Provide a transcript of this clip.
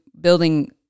building